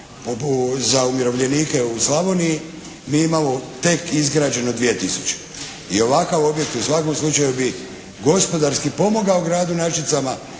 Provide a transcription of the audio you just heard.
za umirovljenike u Slavoniji mi imamo tek izgrađeno 2 tisuće. I ovakav objekt u svakom slučaju bi gospodarski pomogao gradu Našicama